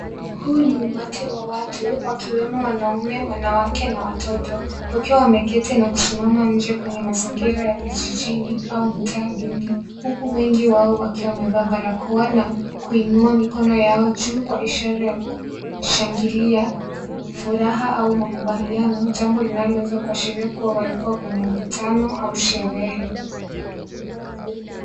Huu ni umati wa watu wakiwemo wanaume wanawake na watoto. Wakiwa wameketi na kusimama nje kwenye mazingira ya vijijini au mtaa duni. Huku wengi wao wakiwa wamevaa barakoa na kuinua mikono yao juu kwa ishara ya kushangilia furaha au makubaliano. Jambo linaloweza kuashiria kuwa walikuwa kwenye mkutano au sherehe.